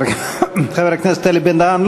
חבר הכנסת אלי בן-דהן,